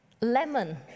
Lemon